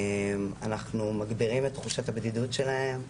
אנחנו מגבירים את תחושת הבדידות שלהם,